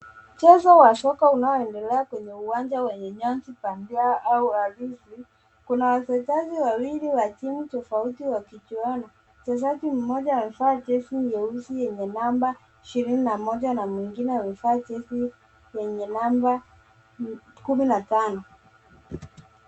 Mchezo wa soko unaoendelea kweneye uwanja wenye nyasi bandia au azizi. Kuna wachezaji wawili wa timu tofauti wakichuana, mchezaji mmoja amevaa jezi nyeusi enye namba ishirini na moja na mwingine amevaa jezi lenye namba kumi na tano.